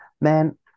man